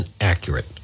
accurate